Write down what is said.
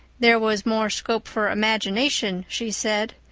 there was more scope for imagination she said.